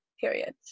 period